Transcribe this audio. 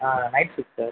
night shift sir